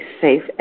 safe